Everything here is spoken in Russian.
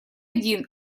один